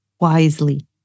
wisely